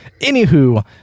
anywho